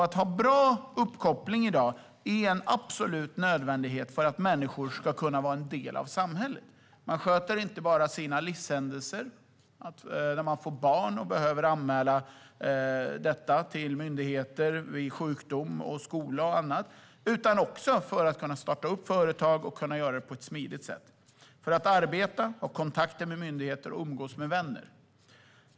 Att ha bra uppkoppling är i dag en absolut nödvändighet för att människor ska kunna vara en del av samhället. Man sköter inte bara händelser i livet med it. När man får barn behöver man vid sjukdom anmäla till myndigheter, skola och annat. Man behöver också it för att kunna starta företag på ett smidigt sätt, arbeta, ha kontakter med myndigheter och umgås med vänner.